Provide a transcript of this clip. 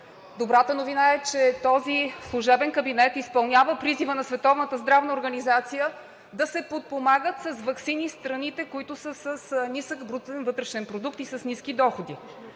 Добрата новина е, че този служебен кабинет изпълнява призива на Световната здравна организация да се подпомагат с ваксини страните, които са с нисък брутен вътрешен продукт и с ниски доходи.